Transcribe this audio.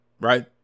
right